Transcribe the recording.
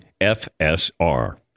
FSR